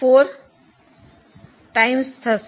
4 ગણા થશે